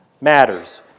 matters